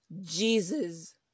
Jesus